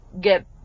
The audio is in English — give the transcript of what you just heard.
get